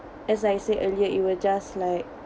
as I said earlier it will just like